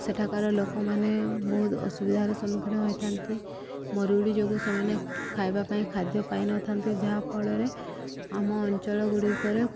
ସେଠାକାର ଲୋକମାନେ ବହୁତ ଅସୁବିଧାର ସମ୍ମୁଖୀନ ହୋଇଥାନ୍ତି ମରୁଡ଼ି ଯୋଗୁଁ ସେମାନେ ଖାଇବା ପାଇଁ ଖାଦ୍ୟ ପାଇନଥାନ୍ତି ଯାହାଫଳରେ ଆମ ଅଞ୍ଚଳ ଗୁଡ଼ିକରେ